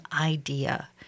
idea